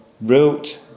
wrote